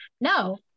no